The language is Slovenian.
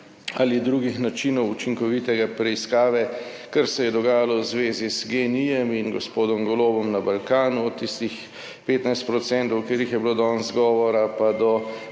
ali drugih načinov učinkovite preiskave, kar se je dogajalo v zvezi z GEN-I in gospod Golobom na Balkanu, od tistih 15 % o katerih je bilo danes govora, pa do